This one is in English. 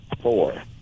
four